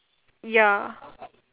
ya